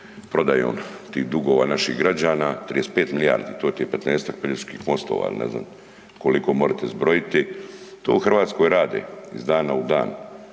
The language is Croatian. prodajom tih dugova naših građana, 35 milijardi to ti je 15-ak Peljeških mostova ili ne znam koliko možete zbrojiti. To u Hrvatskoj rade iz dana u dan